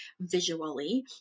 visually